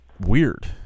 weird